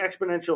exponential